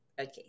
Okay